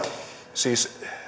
siis